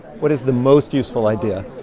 what is the most useful idea?